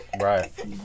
right